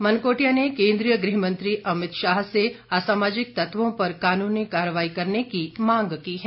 मनकोटिया ने केंद्रीय गृह मंत्री अमितशाह से असामाजिक तत्वों पर कानूनी कार्रवाई करने की मांग की है